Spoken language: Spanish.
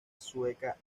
sueca